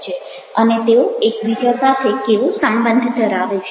અને તેઓ એકબીજા સાથે કેવો સંબંધ ધરાવે છે